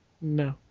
No